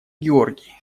георгий